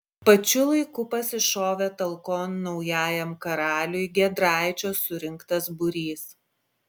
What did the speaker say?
pačiu laiku pasišovė talkon naujajam karaliui giedraičio surinktas būrys